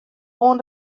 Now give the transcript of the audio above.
oan